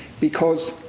because,